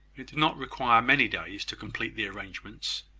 it did not require many days to complete the arrangements.